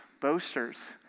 boasters